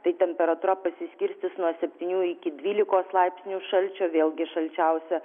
tai temperatūra pasiskirstys nuo septynių iki dvylikos laipsnių šalčio vėlgi šalčiausia